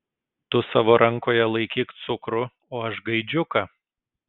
tu savo rankoje laikyk cukrų o aš gaidžiuką